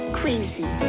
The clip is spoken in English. crazy